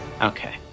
Okay